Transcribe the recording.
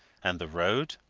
and the road?